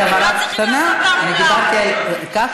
רק הבהרה קטנה: אני דיברתי על כך